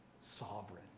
sovereign